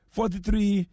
Forty-three